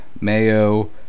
Mayo